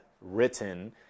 written